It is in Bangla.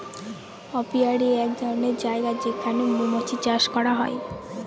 অপিয়ারী এক ধরনের জায়গা যেখানে মৌমাছি চাষ করা হয়